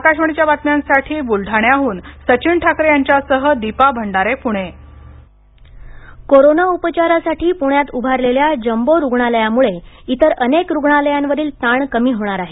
आकाशवाणी बातम्यांसाठी बुलडाण्याहून सचिन ठाकरे यांच्यासह दीपा भंडारे पुणे ससून कोरोना उपचारांसाठी पुण्यात उभारलेल्या जम्बो रुग्णालयामुळे इतर अनेक रुग्णालयांवरील ताण कमी होणार आहे